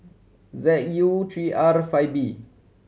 Z U three R and five B